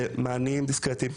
זה מענים דיסקרטיים.